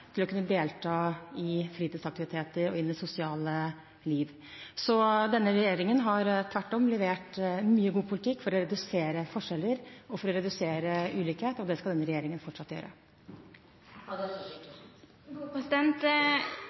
til å kunne delta i fritidsaktiviteter og i det sosiale liv. Så denne regjeringen har tvert om levert mye god politikk for å redusere forskjeller og for å redusere ulikhet, og det skal denne regjeringen fortsatt